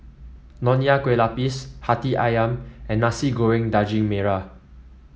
Nonya Kueh Lapis hati ayam and Nasi Goreng Daging Merah